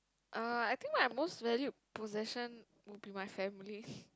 uh I think my most valued possession would be my family